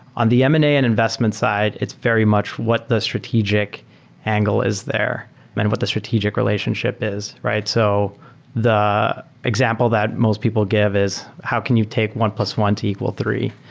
on the m and a and investment side, it's very much what the strategic angle is there and what the strategic relationship is, right? so the example that most people give is how can you take one plus one to equal three?